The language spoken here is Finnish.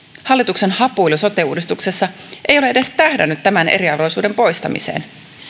hallituksen hapuilu sote uudistuksessa ei ole edes tähdännyt tämän eriarvoisuuden poistamiseen